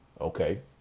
Okay